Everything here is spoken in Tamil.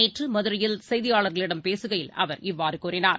நேற்றுமதுரையில் செய்தியாளர்களிடம் பேசுகையில் அவர் இவ்வாறுகூறினார்